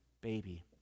baby